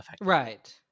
right